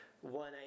one